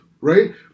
right